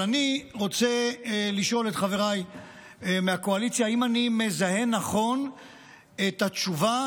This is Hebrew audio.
אבל אני רוצה לשאול את חבריי מהקואליציה: האם אני מזהה נכון את התשובה